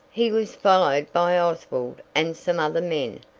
he was followed by oswald and some other men,